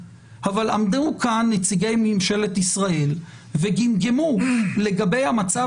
אבל עמדו כאן נציגי ממשלת ישראל וגמגמו לגבי המצב